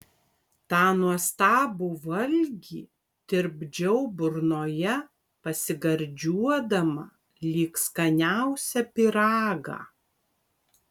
tą nuostabų valgį tirpdžiau burnoje pasigardžiuodama lyg skaniausią pyragą